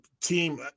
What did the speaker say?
team